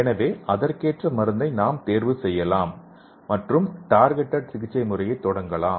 எனவே அதற்கேற்ப நாம் மருந்தைத் தேர்வு செய்யலாம் மற்றும் டார்கெட்டேட் சிகிச்சை முறையை தொடங்கலாம்